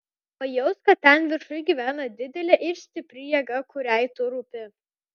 pajausk kad ten viršuj gyvena didelė ir stipri jėga kuriai tu rūpi